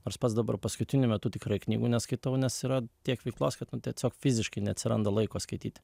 nors pats dabar paskutiniu metu tikrai knygų neskaitau nes yra tiek veiklos kad nu tiesiog fiziškai neatsiranda laiko skaityti